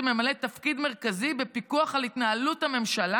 ממלאת תפקיד מרכזי בפיקוח על התנהלות הממשלה,